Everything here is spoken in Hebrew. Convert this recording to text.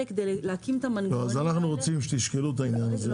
אנחנו מבקשים שתשקלו את העניין הזה.